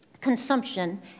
consumption